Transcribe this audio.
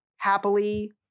Happily